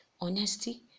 honesty